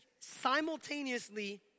simultaneously